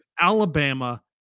Alabama